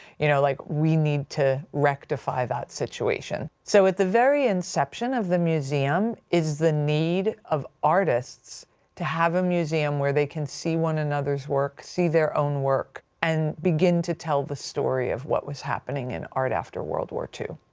you know, like, we need to rectify that situation. so, at the very inception of the museum is the need of artists to have a museum where they can see one another's work, see their own work, and begin to tell the story of what was happening in art after world war ii.